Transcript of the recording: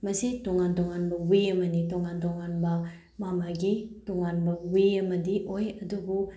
ꯃꯁꯤ ꯇꯣꯉꯥꯟ ꯇꯣꯉꯥꯟꯕ ꯋꯦ ꯑꯃꯅꯤ ꯇꯣꯉꯥꯟ ꯇꯣꯉꯥꯟꯕꯕ ꯃꯥ ꯃꯥꯒꯤ ꯇꯣꯉꯥꯟꯕ ꯋꯦ ꯑꯃꯗꯤ ꯑꯣꯏ ꯑꯗꯨꯕꯨ